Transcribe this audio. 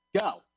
go